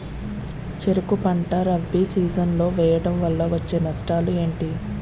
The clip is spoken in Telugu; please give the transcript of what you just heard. చెరుకు పంట రబీ సీజన్ లో వేయటం వల్ల వచ్చే నష్టాలు ఏంటి?